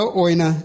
oina